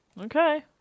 Okay